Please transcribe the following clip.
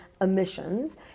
emissions